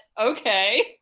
okay